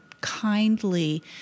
kindly